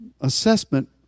assessment